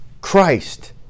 Christ